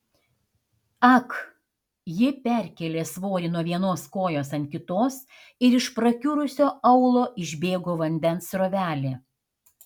ak ji perkėlė svorį nuo vienos kojos ant kitos ir iš prakiurusio aulo išbėgo vandens srovelė